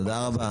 תודה רבה.